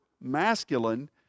masculine